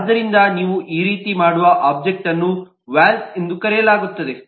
ಆದ್ದರಿಂದ ನೀವು ಈ ರೀತಿ ಮಾಡುವ ಒಬ್ಜೆಕ್ಟ್ವನ್ನು ವಾಲ್ವ್ ಎಂದು ಕರೆಯಲಾಗುತ್ತದೆ